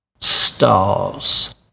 stars